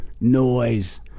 noise